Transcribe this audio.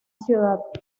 ciudad